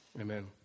Amen